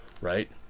right